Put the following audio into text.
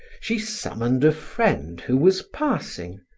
she summoned a friend who was passing,